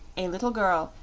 a little girl,